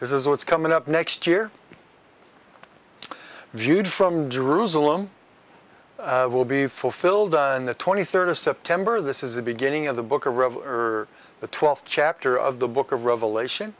this is what's coming up next year jude from jerusalem will be fulfilled on the twenty third of september this is the beginning of the book or the twelfth chapter of the book of revelation